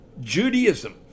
Judaism